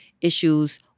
issues